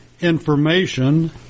information